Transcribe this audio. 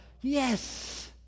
yes